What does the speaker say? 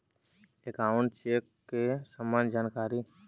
Account check के सम्बन्ध जानकारी?